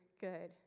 good